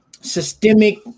systemic